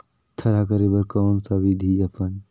थरहा करे बर कौन सा विधि अपन?